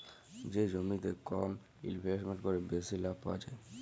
যে জমিতে কম ইলভেসেট ক্যরে বেশি লাভ পাউয়া যায়